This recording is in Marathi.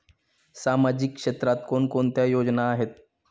सामाजिक क्षेत्रात कोणकोणत्या योजना आहेत?